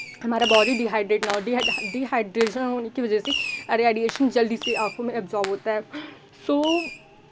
हमारा body dehydrate ना हो डीहाइड डिहाइड्रेशन होने की वजह से रेडिएशन जल्दी से आँखों में एब्ज़ॉर्ब होता है सो